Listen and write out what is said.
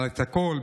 אבל הכול,